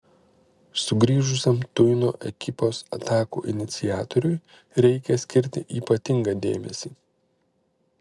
sugrįžusiam tuino ekipos atakų iniciatoriui reikia skirti ypatingą dėmesį